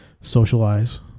socialize